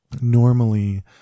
Normally